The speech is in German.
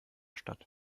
statt